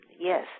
yes